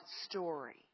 story